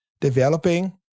developing